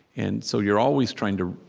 and so you're always trying to,